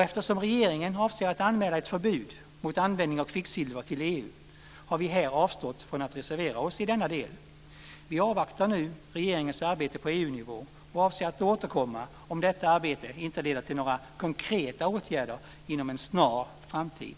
Eftersom regeringen avser att anmäla ett förbud mot användning av kvicksilver till EU har vi här avstått från att reservera oss i denna del. Vi avvaktar nu regeringens arbete på EU-nivå och avser att återkomma om detta arbete inte leder till några konkreta åtgärder inom en snar framtid.